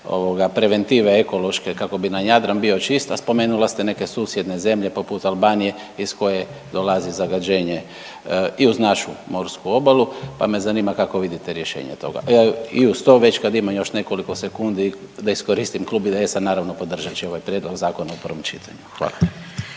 preventive ekološke kako bi nam Jadran bio čist. A spomenula ste neke susjedne zemlje poput Albanije iz koje dolazi zagađenje i uz našu morsku obalu, pa me zanima kako vidite rješenje toga. I uz to već kada imam još nekoliko sekundi da iskoristim, Klub IDS-a naravno podržat će ovaj Prijedlog zakona u prvom čitanju. Hvala